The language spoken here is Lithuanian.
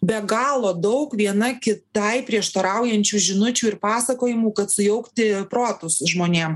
be galo daug viena kitai prieštaraujančių žinučių ir pasakojimų kad sujaukti protus žmonėm